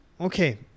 Okay